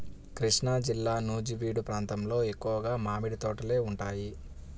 కృష్ణాజిల్లా నూజివీడు ప్రాంతంలో ఎక్కువగా మామిడి తోటలే ఉంటాయి